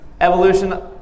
evolution